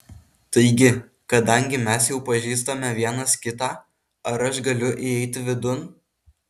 taigi kadangi mes jau pažįstame vienas kitą ar aš galiu įeiti vidun